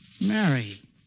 Mary